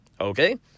Okay